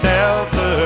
Delta